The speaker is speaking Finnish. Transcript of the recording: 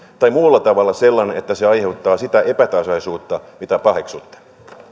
tai muulla tavalla sellainen että se aiheuttaa sitä epätasaisuutta mitä paheksutte